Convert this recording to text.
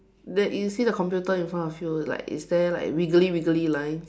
that you see the computer in front of you like is there like wiggly wiggly lines